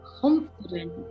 confident